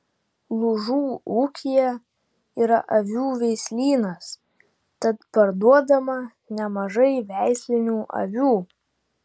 lūžų ūkyje yra avių veislynas tad parduodama nemažai veislinių avių